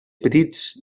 petits